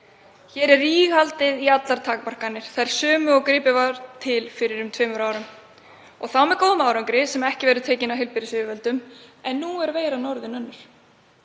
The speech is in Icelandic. Hér er ríghaldið í allar takmarkanir, þær sömu og gripið var til fyrir um tveimur árum og þá með góðum árangri sem ekki verður tekinn af heilbrigðisyfirvöldum. En nú er veiran orðin önnur.